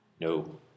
No